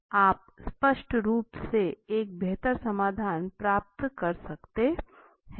आप स्पष्ट रूप से एक बेहतर समाधान प्राप्त कर सकते हैं